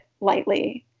lightly